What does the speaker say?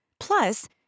Plus